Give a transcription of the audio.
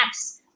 apps